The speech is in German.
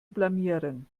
blamieren